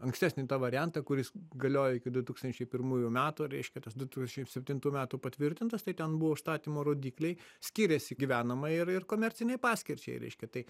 ankstesnį tą variantą kuris galiojo iki du tūkstančiai pirmųjų metų reiškia tas du tūkstančiai septintų metų patvirtintas tai ten buvo užstatymo rodikliai skyrėsi gyvenamai ir ir komercinei paskirčiai reiškia tai